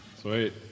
Sweet